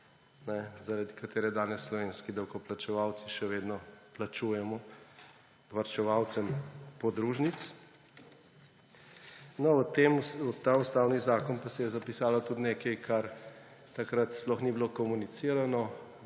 zaradi katerega danes slovenski davkoplačevalci še vedno plačujemo varčevalcem podružnic. V ta ustavni zakon pa se je zapisalo tudi nekaj, kar takrat sploh ni bilo komunicirano,